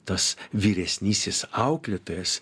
tas vyresnysis auklėtojas